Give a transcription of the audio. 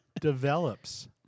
develops